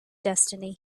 destiny